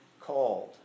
called